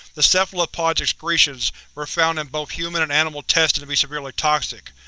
the cephalopods' excretions were found in both human and animal testing to be severely toxic,